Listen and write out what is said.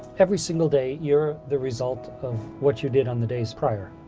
every single day, you're the result of what you did on the days prior.